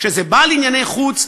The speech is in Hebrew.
אבל כשזה בא לענייני חוץ,